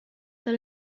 dal